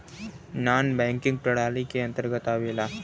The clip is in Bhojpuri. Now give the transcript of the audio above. नानॅ बैकिंग प्रणाली के अंतर्गत आवेला